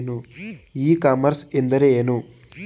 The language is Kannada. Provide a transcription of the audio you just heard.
ಇ ಕಾಮರ್ಸ್ ಎಂದರೆ ಏನು?